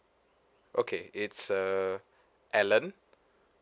okay it's uh allen